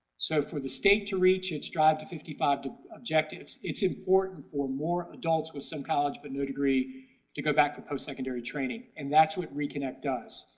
so for the state to reach its drive to fifty five objectives, it's important for more adults with some college but no degree to go back to post-secondary training and that's what reconnect does.